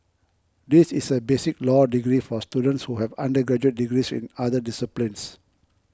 this is a basic law degree for students who have undergraduate degrees in other disciplines